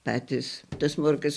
patys tas morkas